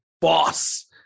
boss